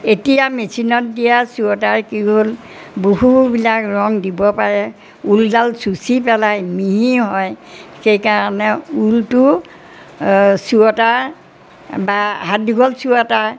এতিয়া মেচিনত দিয়া চুৱেটাৰ কি হ'ল বহুবিলাক ৰং দিব পাৰে ঊলডাল চুচি পেলাই মিহি হয় সেইকাৰণে ঊলটো চুৱেটাৰ বা হাত দীঘল চুৱাটাৰ